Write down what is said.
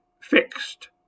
fixed